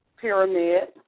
Pyramid